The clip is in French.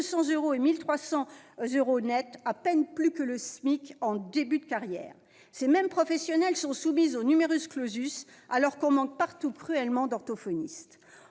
et 1 300 euros nets, soit à peine plus que le SMIC, en début de carrière. Ces mêmes professionnels sont soumis au, alors qu'on manque partout cruellement d'orthophonistes.